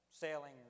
sailing